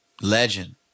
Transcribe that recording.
Legend